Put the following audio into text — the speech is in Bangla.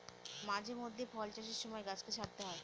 মাঝে মধ্যে ফল চাষের সময় গাছকে ছাঁটতে হয়